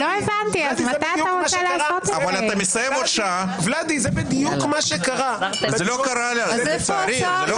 ולדי, זה בדיוק מה שקרה --- זה לא קרה לצערי.